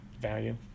Value